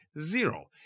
Zero